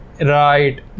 Right